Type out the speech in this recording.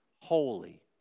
holy